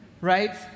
right